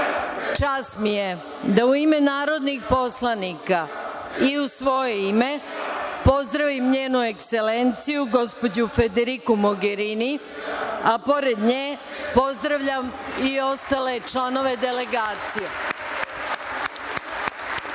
mi je da, u ime narodnih poslanika i u svoje ime, pozdravim NJenu Ekselenciju, gospođu Federiku Mogerini, a pored nje, pozdravljam i ostale članove delegacije. Takođe